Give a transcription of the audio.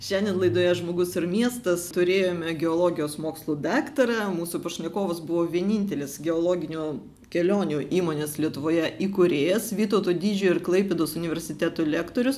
šiandien laidoje žmogus ir miestas turėjome geologijos mokslų daktarą mūsų pašnekovas buvo vienintelis geologinių kelionių įmonės lietuvoje įkūrėjas vytauto didžiojo ir klaipėdos universitetų lektorius